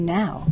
now